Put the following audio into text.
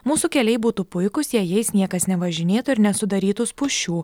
mūsų keliai būtų puikūs jei jais niekas nevažinėtų ir nesudarytų spūsčių